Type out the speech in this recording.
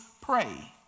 pray